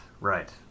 Right